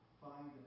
find